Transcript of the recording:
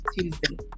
Tuesday